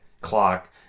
clock